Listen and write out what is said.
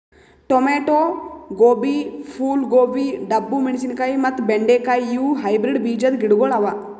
tomato, ಗೋಬಿ, ಫೂಲ್ ಗೋಬಿ, ಡಬ್ಬು ಮೆಣಶಿನಕಾಯಿ ಮತ್ತ ಬೆಂಡೆ ಕಾಯಿ ಇವು ಹೈಬ್ರಿಡ್ ಬೀಜದ್ ಗಿಡಗೊಳ್ ಅವಾ